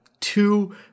two